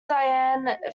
dianne